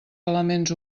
elements